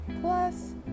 Plus